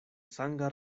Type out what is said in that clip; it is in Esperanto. sanga